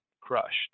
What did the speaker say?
crushed